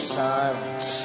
silence